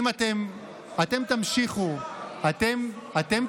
אם את מבינה שאני מדבר אלייך,